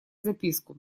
записку